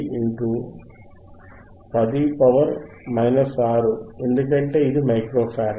110 6 ఎందుకంటే ఇది micro farad